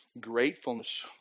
gratefulness